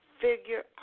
figure